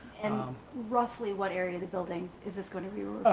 and um roughly what area of the building is this gonna be?